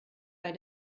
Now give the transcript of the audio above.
bei